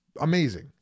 amazing